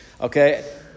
okay